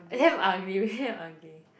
damn ugly damn ugly